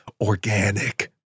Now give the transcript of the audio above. organic